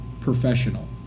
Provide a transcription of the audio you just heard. professional